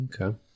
Okay